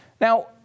now